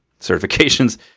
certifications